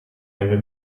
never